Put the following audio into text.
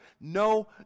No